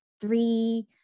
three